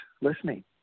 listening